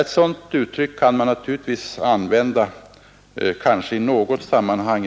Ett sådant uttryck kan man kanske använda i något sammanhang.